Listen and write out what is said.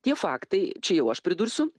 tie faktai čia jau aš pridursiu